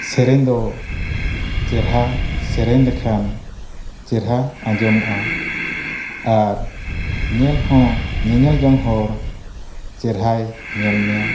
ᱥᱮᱨᱮᱧ ᱫᱚ ᱪᱮᱨᱦᱟ ᱥᱮᱨᱮᱧ ᱞᱮᱠᱷᱟᱱ ᱪᱮᱨᱦᱟ ᱟᱸᱡᱚᱢᱚᱜᱼᱟ ᱟᱨ ᱧᱮᱞ ᱦᱚᱸ ᱧᱮᱧᱮᱞ ᱡᱚᱝ ᱦᱚᱲ ᱪᱮᱨᱦᱟᱭ ᱧᱮᱞ ᱢᱮᱭᱟ